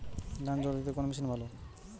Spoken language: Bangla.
ধানে জল দিতে কোন মেশিন ভালো?